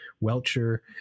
welcher